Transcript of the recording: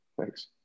Thanks